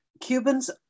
cubans